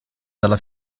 dalla